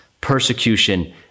persecution